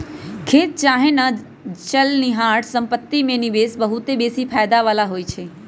खेत चाहे न चलनिहार संपत्ति में निवेश बहुते बेशी फयदा बला होइ छइ